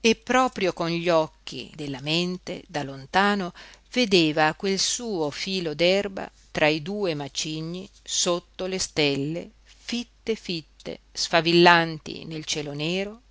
e proprio con gli occhi della mente da lontano vedeva quel suo filo d'erba tra i due macigni sotto le stelle fitte fitte sfavillanti nel cielo nero